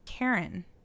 Karen